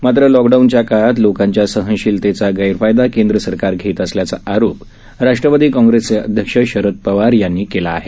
मात्र लॉकडाऊनच्या काळात लोकांच्या सहनशीलतेचा गैरफायदा केंद्र सरकार घेत असल्याचा आरोप राष्ट्रवादी काँग्रेसचे अध्यक्ष शरद पवार यांनी केला आहे